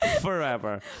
Forever